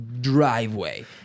driveway